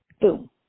Boom